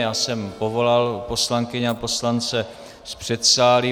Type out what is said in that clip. Já jsem povolal poslankyně a poslance z předsálí.